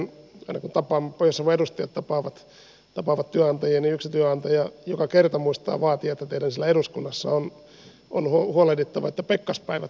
aina kun pohjois savon edustajat tapaavat työnantajia niin yksi työnantaja joka kerta muistaa vaatia että teidän siellä eduskunnassa on huolehdittava että pekkaspäivät poistetaan